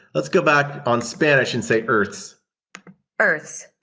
let's go back on spanish and say, earth's earth's.